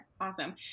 awesome